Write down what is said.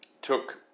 took